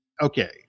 okay